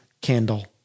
candle